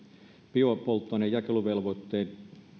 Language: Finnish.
biopolttoainejakeluvelvoitteen